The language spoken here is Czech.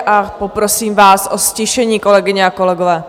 A poprosím vás o ztišení, kolegyně a kolegové.